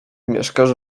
mieszkasz